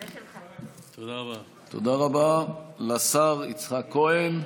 תודה רבה לשר יצחק כהן.